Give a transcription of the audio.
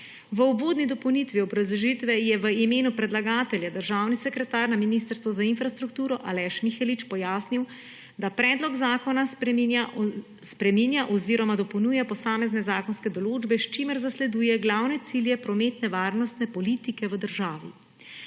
V uvodni dopolnitvi obrazložitve je v imenu predlagatelja državni sekretar na Ministrstvu za infrastrukturo Aleš Mihelič pojasnil, da predlog zakona spreminja oziroma dopolnjuje posamezne zakonske določbe, s čimer zasleduje glavne cilje prometnovarnostne politike v državi.